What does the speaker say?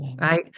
Right